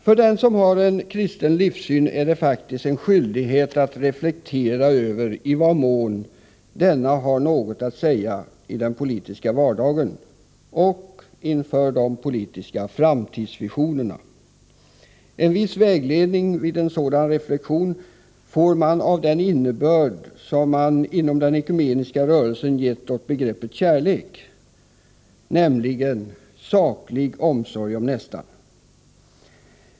För den som har en kristen livssyn är det faktiskt en skyldighet att reflektera över i vad mån denna har något att säga i den politiska vardagen och inför de politiska framtidsvisionerna. En viss vägledning vid en sådan reflexion får man av den innebörd som man inom den ekumeniska rörelsen gett åt begreppet kärlek, nämligen: saklig omsorg om nästan.